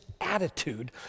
attitude